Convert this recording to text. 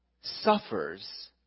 suffers